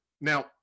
Now